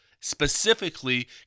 specifically